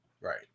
right